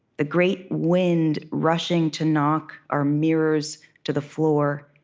the great wind rushing to knock our mirrors to the floor,